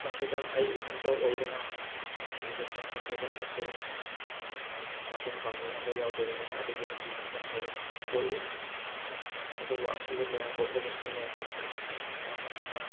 ꯃꯁꯤꯗ ꯑꯩ ꯏꯊꯟꯇ ꯑꯣꯏꯕꯅ ꯁꯤꯕ ꯆꯪꯕ ꯍꯥꯏꯕ ꯑꯃꯁꯨ ꯃꯇꯦꯡ ꯄꯥꯡꯕꯤꯅꯕ ꯌꯥꯎꯗꯕꯅꯤꯅ ꯑꯗꯨꯒꯤ ꯑꯀꯤꯕ ꯑꯃꯁꯨ ꯑꯗꯨꯝ ꯄꯣꯛꯏ ꯑꯗꯨꯕꯨ ꯑꯀꯤꯕ ꯀꯌꯥ ꯄꯣꯛꯂꯕꯁꯨ ꯅꯣꯡꯃꯒꯤ ꯆꯥꯛ